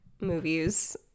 movies